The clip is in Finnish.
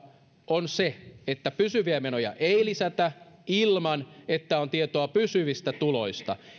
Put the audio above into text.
on se että pysyviä menoja ei lisätä ilman että on tietoja pysyvistä tuloista